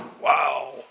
Wow